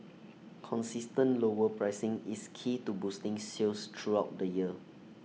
consistent lower pricing is key to boosting sales throughout the year